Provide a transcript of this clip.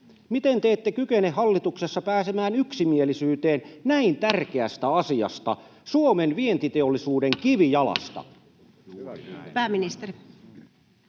Miten te ette kykene hallituksessa pääsemään yksimielisyyteen näin tärkeästä asiasta, Suomen vientiteollisuuden kivijalasta? [Speech